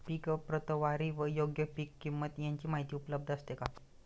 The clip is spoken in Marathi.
पीक प्रतवारी व योग्य पीक किंमत यांची माहिती उपलब्ध असते का?